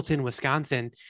Wisconsin